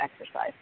exercise